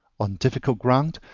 on difficult ground,